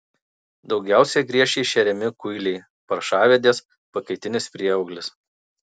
daugiausiai griežčiais šeriami kuiliai paršavedės pakaitinis prieauglis